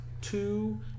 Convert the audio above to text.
two